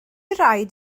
raid